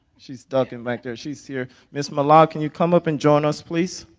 she's ducking back there. she's here. ms. melau, can you come up and join us, please.